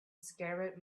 scabbard